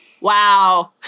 wow